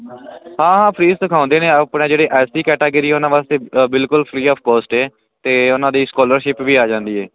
ਹਾਂ ਫੀਸ ਦਿਖਾਉਂਦੇ ਨੇ ਆਪਣੇ ਜਿਹੜੇ ਐਸਟੀ ਕੈਟਾਗਰੀ ਉਹਨਾਂ ਵਾਸਤੇ ਬਿਲਕੁਲ ਫਰੀ ਆਫ ਕੋਸਟ ਹੈ ਤੇ ਉਹਨਾਂ ਦੀ ਸਕੋਲਰਸ਼ਿਪ ਵੀ ਆ ਜਾਂਦੀ ਹੈ